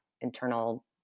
internal